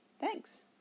Thanks